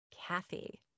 Kathy